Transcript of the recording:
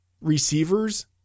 receivers